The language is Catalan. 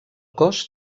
cos